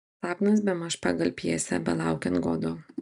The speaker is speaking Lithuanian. sapnas bemaž pagal pjesę belaukiant godo